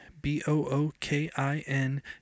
B-O-O-K-I-N